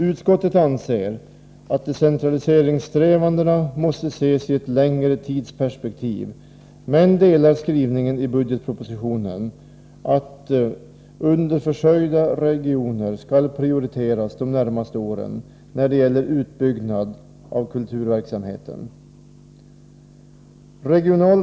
Utskottet anser att decentraliseringssträvandena måste ses i ett längre tidsperspektiv men ansluter sig till skrivningen i budgetpropositionen, att underförsörjda regioner skall prioriteras de närmaste åren när det gäller utbyggnad av kulturverksamheten.